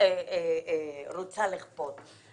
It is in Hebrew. רוצה לכפות.